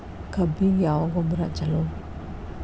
ಕಬ್ಬಿಗ ಯಾವ ಗೊಬ್ಬರ ಛಲೋ?